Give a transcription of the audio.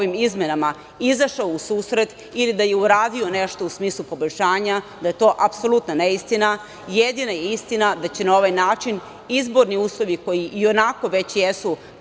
izmenama izašao u susret ili da je uradio nešto u smislu poboljšanja, da je to apsolutna neistina. Jedina je istina da će na ovaj način izborni uslovi, koji i onako već jesu